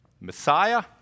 Messiah